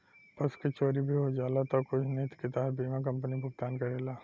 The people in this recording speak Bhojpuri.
पशु के चोरी भी हो जाला तऽ कुछ निति के तहत बीमा कंपनी भुगतान करेला